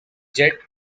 jet